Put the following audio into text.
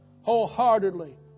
wholeheartedly